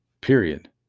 period